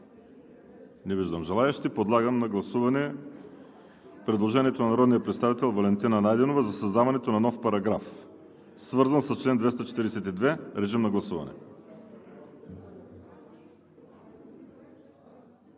Не виждам желаещи. Подлагам на гласуване предложението на народния представител Валентина Найденова за създаването на нов параграф, свързан с чл. 242. Гласували